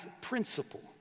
principle